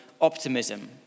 optimism